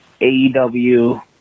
AEW